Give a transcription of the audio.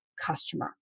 customer